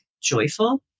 joyful